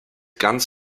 ganz